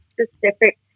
specific